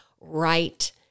right